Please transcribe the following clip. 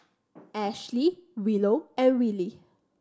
Ashley Willow and Willy